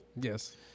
Yes